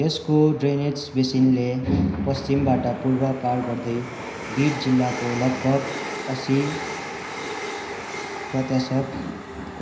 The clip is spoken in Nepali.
यसको ड्रेनेज बेसिनले पश्चिमबाट पूर्व पार गर्दै बीड जिल्लाको लगभग असी प्रतिशत